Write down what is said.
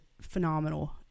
phenomenal